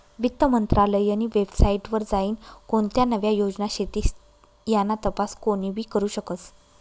वित्त मंत्रालयनी वेबसाईट वर जाईन कोणत्या नव्या योजना शेतीस याना तपास कोनीबी करु शकस